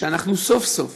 שאנחנו סוף-סוף